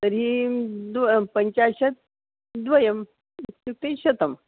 तर्ही द्वे पञ्चाशत् द्वयम् इत्युक्ते शतं